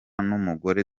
n’umugore